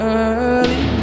early